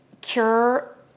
CURE